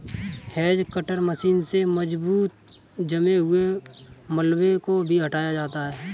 hedge cutter machine से मजबूत जमे हुए मलबे को भी हटाया जाता है